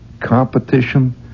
competition